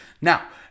Now